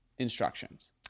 instructions